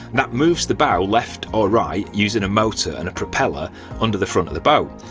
that moves the bow left or right using a motor and a propeller under the front of the boat.